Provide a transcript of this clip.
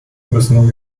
müssen